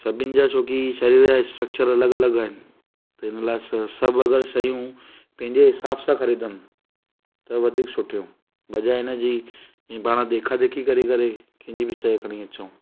सभिनि जा छोकी शरीरु या स्ट्रक्चर अलॻि अलॻि आहिनि त इन लाइ स सभु अगरि शयूं पंहिंजे हिसाब सां ख़रीदमि त वधीक सुठियूं बजाइ इन जी ई पाण देखा देखी करी करे कंहिंजे बि शइ खणी अचूं